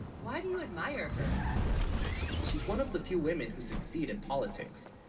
why, do you, admire her she's one of the few women, who succeed in politics